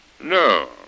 No